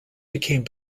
became